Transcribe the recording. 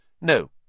No